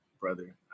brother